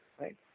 Right